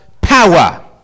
power